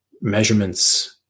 measurements